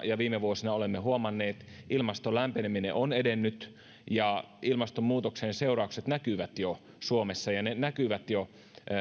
ja viime vuosina olemme huomanneet ilmaston lämpeneminen on edennyt ja ilmastonmuutoksen seuraukset näkyvät jo suomessa ja ne näkyvät jo